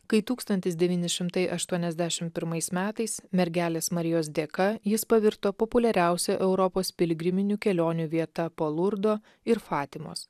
kai tūkstantis devyni šimtai aštuoniasdešim pirmais metais mergelės marijos dėka jis pavirto populiariausia europos piligriminių kelionių vieta po lurdo ir fatimos